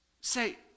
Say